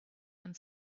and